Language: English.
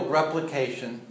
replication